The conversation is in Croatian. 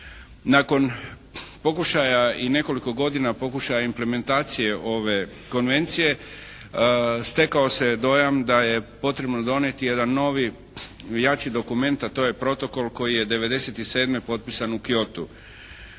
Nakon pokušaja i nekoliko godina pokušaja implementacije ove konvencije stekao se dojam da je potrebno donijeti jedan novi jači dokument a to je protokol koji je '97. potpisan u Kyotu.